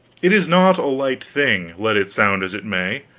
it is not a light thing, let it sound as it may.